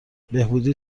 بهبودی